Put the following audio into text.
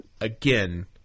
again